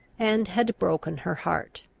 and had broken her heart.